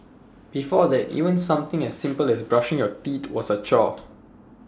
before that even something as simple as brushing your teeth was A chore